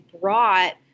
brought